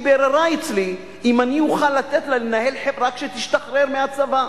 היא ביררה אצלי אם אני אוכל לתת לה לנהל חברה כשתשתחרר מהצבא.